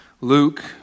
Luke